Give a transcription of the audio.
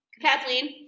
Kathleen